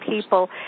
people